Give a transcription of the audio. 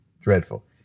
dreadful